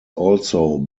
also